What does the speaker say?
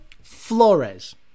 Flores